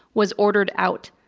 was ordered out.